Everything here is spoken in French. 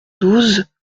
douze